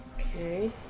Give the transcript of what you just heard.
okay